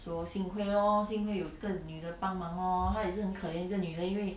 说幸亏 lor 是因为有这个女的帮忙 lor 她也是很可怜一个女的因为